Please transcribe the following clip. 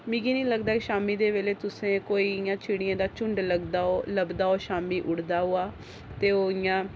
मिगी नी लगदा केह् शामीं दे बेल्ले तुसें कोई इ'यां चिड़ियें दा झुण्ड लभदा ओ लभदा ओ ऐ शामीं उड़दा ओआ ते ओह् इ'यां